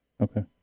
Okay